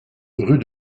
rue